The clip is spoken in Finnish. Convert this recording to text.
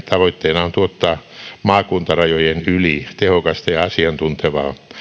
tavoitteena on tuottaa maakuntarajojen yli tehokasta ja asiantuntevaa